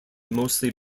mostly